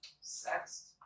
Sex